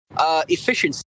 efficiency